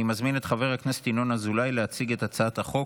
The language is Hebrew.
אני מזמין את חבר הכנסת ינון אזולאי להציג את הצעת החוק.